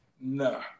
No